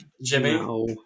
Jimmy